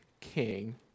king